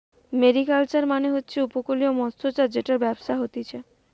mariculture মানে হচ্ছে উপকূলীয় মৎস্যচাষ জেটার ব্যবসা হতিছে